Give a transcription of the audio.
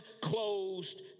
closed